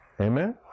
Amen